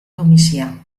domicià